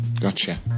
Gotcha